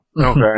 Okay